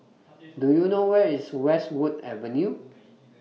Do YOU know Where IS Westwood Avenue